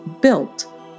built